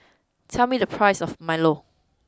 tell me the price of Milo